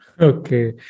Okay